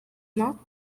not